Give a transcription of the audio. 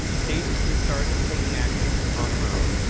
states can start taking actions on their own.